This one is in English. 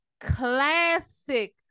classic